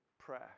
prayer